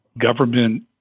government